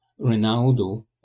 Ronaldo